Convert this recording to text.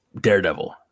Daredevil